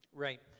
Right